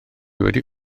wedi